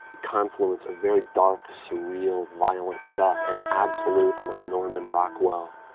confluence of very dark, surreal, violent stuff and absolute, almost norman rockwell,